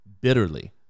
bitterly